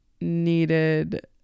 needed